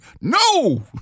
No